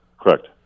Correct